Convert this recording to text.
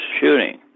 shooting